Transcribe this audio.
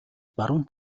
баруун